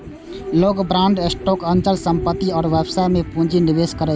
लोग bond, stock, अचल संपत्ति आ व्यवसाय मे पूंजी निवेश करै छै